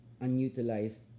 unutilized